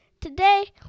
Today